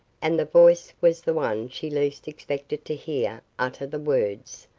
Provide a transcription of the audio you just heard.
and the voice was the one she least expected to hear utter the words.